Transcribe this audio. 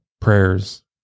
prayers